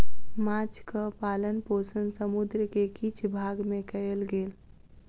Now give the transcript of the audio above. माँछक पालन पोषण समुद्र के किछ भाग में कयल गेल